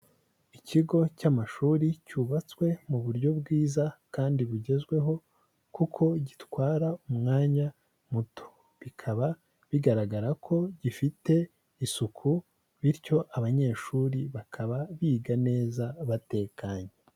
Ikigo cy'amashuri cyubatswe mu buryo bwiza kandi bugezweho, kuko gitwara umwanya muto, bikaba bigaragara ko gifite isuku bityo abanyeshuri bakaba biga neza batekanye.